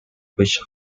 which